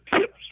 tips